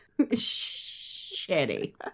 Shitty